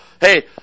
hey